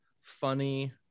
funny